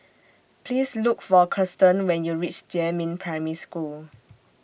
Please Look For Kirsten when YOU REACH Jiemin Primary School